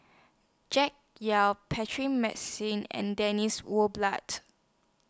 Jack Yao and Dennis War blood